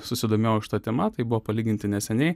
susidomėjau šita tema tai buvo palyginti neseniai